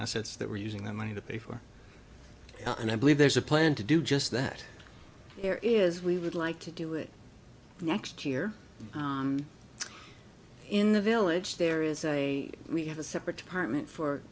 assets that were using that money to pay for and i believe there's a plan to do just that there is we would like to do it next year in the village there is a we have a separate department for